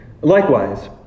likewise